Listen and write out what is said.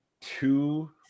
two